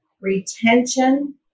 retention